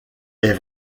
est